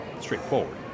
straightforward